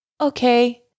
okay